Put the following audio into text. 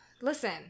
listen